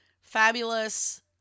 fabulous